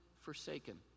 forsaken